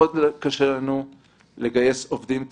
מאוד מאוד קשה לנו לגייס עובדים טובים.